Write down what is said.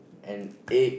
and egg